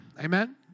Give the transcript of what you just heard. Amen